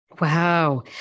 Wow